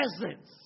presence